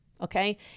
okay